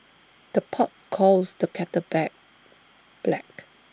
the pot calls the kettle back black